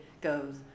goes